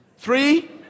Three